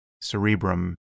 cerebrum